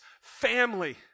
family